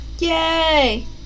yay